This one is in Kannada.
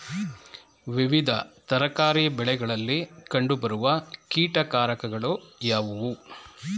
ವಿವಿಧ ತರಕಾರಿ ಬೆಳೆಗಳಲ್ಲಿ ಕಂಡು ಬರುವ ಕೀಟಕಾರಕಗಳು ಯಾವುವು?